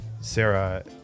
Sarah